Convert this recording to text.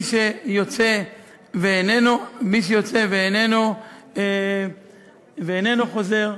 מי שיוצא ואיננו חוזר,